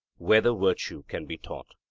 whether virtue can be taught